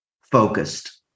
focused